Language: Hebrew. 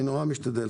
אני נורא משתדל.